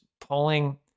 pulling